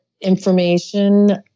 information